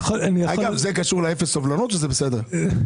אגב, זה קשור לאפס סובלנות או שזה בסדר?